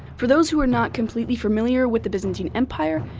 for those who are not completely familiar with the byzantine empire,